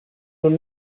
nun